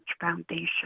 Foundation